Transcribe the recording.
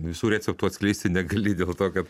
visų receptų atskleisti negali dėl to kad